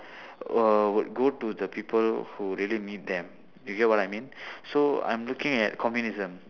uh would go to the people who really need them you get what I mean so I'm looking at communism